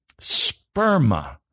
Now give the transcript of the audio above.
sperma